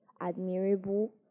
admirable